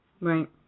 Right